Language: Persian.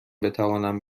بتوانم